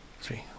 Three